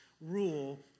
rule